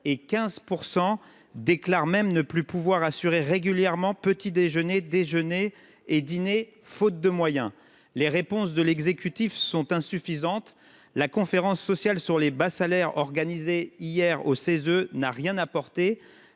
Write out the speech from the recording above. eux déclarent même ne plus pouvoir assurer régulièrement petit déjeuner, déjeuner et dîner, faute de moyens. Les réponses de l’exécutif sont insuffisantes. La conférence sociale sur les bas salaires organisée hier au Cese n’a rien apporté.